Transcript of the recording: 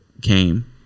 came